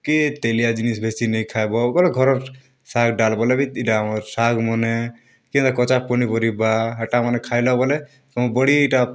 କି ତେଲିଆ ଜିନିଷ୍ ବେଶୀ ନାଇଁ ଖାଏବ ବଏଲେ ଘରର୍ ଶାଗ୍ ଡାଲ୍ ବଏଲେ ବି ଇଟା ଆମର୍ ଶାଗ୍ ମନେ କି ଏନ୍ତା କଚା ପନିପରିବା ହେଟା ମନେ ଖାଇଲା ବଏଲେ ତମର୍ ବଡ଼ି ଇଟା